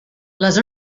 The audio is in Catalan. les